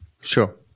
Sure